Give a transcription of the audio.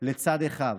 לצד אחיו.